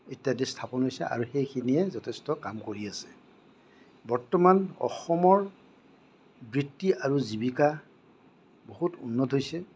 ইত্য়াদি স্থাপন হৈছে আৰু সেইখিনিয়ে যথেষ্ট কাম কৰি আছে বৰ্তমান অসমৰ বৃত্তি আৰু জীৱিকা বহুত উন্নত হৈছে